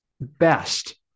best